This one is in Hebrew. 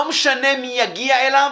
לא משנה מי יגיע אליו